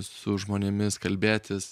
su žmonėmis kalbėtis